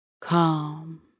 calm